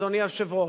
אדוני היושב-ראש,